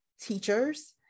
teachers